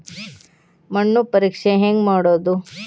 ಮಣ್ಣು ಪರೇಕ್ಷೆ ಹೆಂಗ್ ಮಾಡೋದು?